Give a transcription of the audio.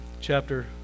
chapter